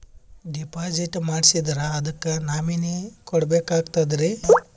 Deposit ಮಾಡ್ಸಿದ್ರ ಅದಕ್ಕ nominee ಕೊಡಬೇಕಾಗ್ತದ್ರಿ?